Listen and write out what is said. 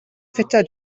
ffitio